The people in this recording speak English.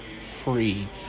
free